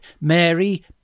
mary